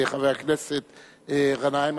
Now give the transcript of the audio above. וחבר הכנסת גנאים,